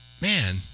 man